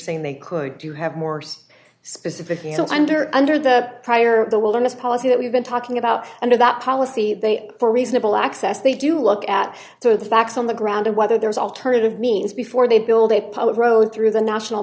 saying they could do you have more specific fields under under the prior of the wilderness policy that we've been talking about under that policy they are reasonable access they do look at the facts on the ground and whether there is alternative means before they build a public road through the national